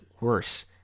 worse